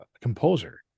composer